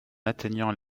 atteignant